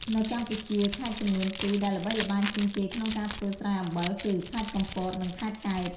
នៅកម្ពុជា ខេត្តចំនួនពីរដែលល្បីល្បាញជាងគេក្នុងការធ្វើស្រែអំបិលគឺ ខេត្តកំពត និងខេត្តកែប។